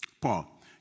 Paul